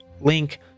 link